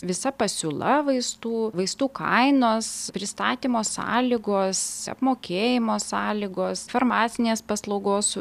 visa pasiūla vaistų vaistų kainos pristatymo sąlygos apmokėjimo sąlygos farmacinės paslaugos